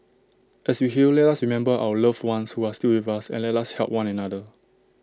as we heal let us remember our loved ones who are still with us and let us help one another